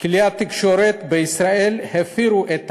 כלי התקשורת בישראל הפרו את החוק.